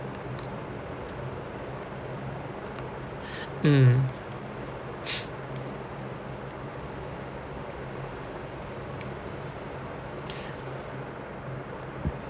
mm